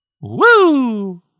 Woo